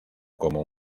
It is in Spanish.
como